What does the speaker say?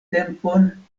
tempon